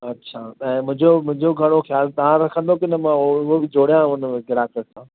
अच्छा त ऐं मुंहिंजो मुंहिंजो घणो ख़्यालु तव्हां रखंदव की न मां उहो बि जोड़ियां हुन में ग्राहक सां